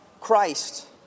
Christ